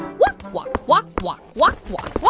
walk, walk, walk, walk, walk, walk, walk.